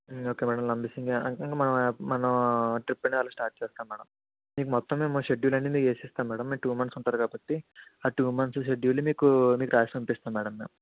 okay madam Lambasingi అయిపోయినాక మనం మనం ట్రిప్ అలా స్టార్ట్ చేస్తాం మేడం మీకు మొత్తం మేము షెడ్యూల్ అనేది వేసిస్తాం మేడం మీరు టూ మంత్స్ ఉంటారు కాబట్టి ఆ టూ మంత్స్ షెడ్యూల్ మీకు మీకు రాసి పంపిస్తాం మేడం మేము